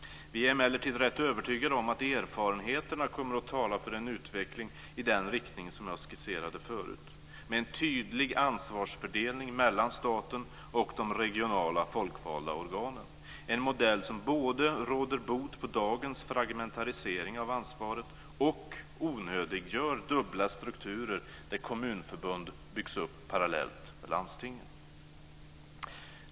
Vi är emellertid rätt övertygade om att erfarenheterna kommer att tala för en utveckling i den riktning som jag skisserade förut med en tydlig ansvarsfördelning med mellan staten och de regionala, folkvalda organen. Det är en modell som både råder bot på dagens fragmentisering och ansvaret och onödiggör dubbla strukturer där kommunförbund byggs upp parallellt med landstingen.